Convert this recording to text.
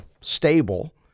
stable